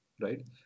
right